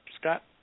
Scott